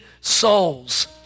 souls